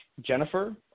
Jennifer